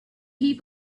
heap